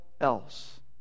else